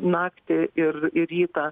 naktį ir rytą